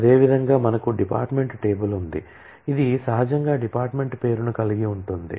అదేవిధంగా మనకు department table ఉంది ఇది సహజంగా డిపార్ట్మెంట్ పేరును కలిగి ఉంటుంది